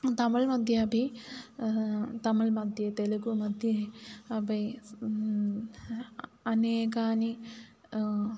तमिळ् मध्ये अपि तमिळ् मध्ये तेलुगु मध्ये अपि अनेकानि